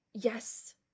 Yes